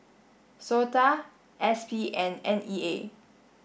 SOTA S P and N E A